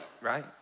right